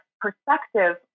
perspective